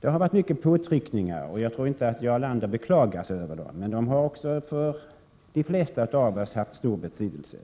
Det har varit mycket påtryckningar. Jag tror inte Jarl Lander beklagade sig över dem. De har för de flesta av oss haft stor betydelse.